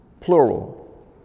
plural